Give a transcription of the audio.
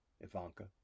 Ivanka